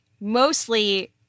mostly